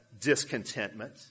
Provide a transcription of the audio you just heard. discontentment